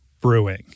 Brewing